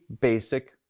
basic